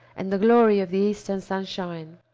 and the glory of the eastern sunshine.